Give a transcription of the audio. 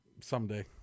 Someday